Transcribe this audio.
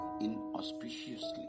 inauspiciously